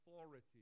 authority